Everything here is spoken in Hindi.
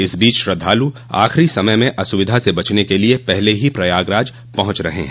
इस बीच श्रद्धालु आखिरी समय में असुविधा से बचने के लिए पहले ही प्रयागराज पहुंच रहे हैं